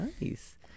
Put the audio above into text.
Nice